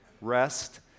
rest